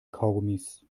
kaugummis